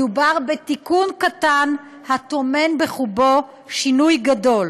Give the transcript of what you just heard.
מדובר בתיקון קטן הטומן בחובו שינוי גדול.